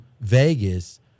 Vegas